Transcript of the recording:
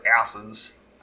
asses